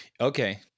Okay